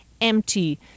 empty